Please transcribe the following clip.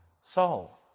soul